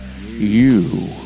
you